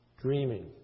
dreaming